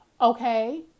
okay